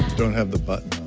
don't have the button